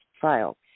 file